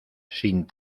sin